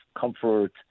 comfort